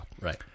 Right